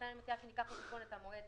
לכן אני מציעה שניקח בחשבון את המועד